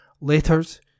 letters